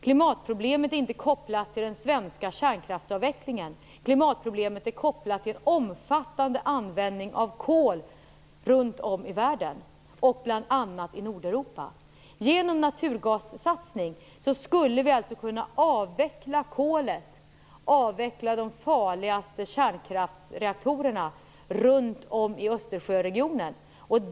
Det är inte kopplat till den svenska kärnkraftsavvecklingen - det är kopplat till en omfattande användning av kol runt om i världen, bl.a. i Nordeuropa. Genom en naturgassatsning skulle vi kunna avveckla kolanvändningen och de farligaste kärnkraftsreaktorerna runt om i Östersjöregionen.